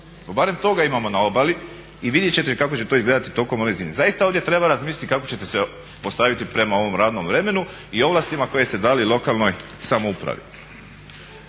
Barem toga imamo na obali i vidjet ćete kako će to izgledati tokom ove … Zaista ovdje treba razmisliti kako ćete se postaviti prema ovom radnom i ovlastima koje ste dali lokalnoj samoupravi.